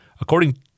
according